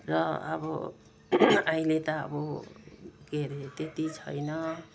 र अब अहिले त अब के अरे त्यत्ति छैन